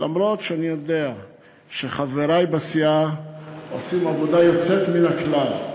למרות שאני יודע שחברי בסיעה עושים עבודה יוצאת מן הכלל,